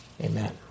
amen